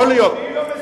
יכול להיות.